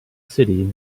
city